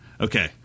Okay